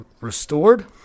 restored